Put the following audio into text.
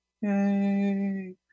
yay